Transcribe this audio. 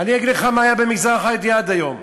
אגיד לך מה היה במגזר החרדי עד היום.